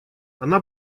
она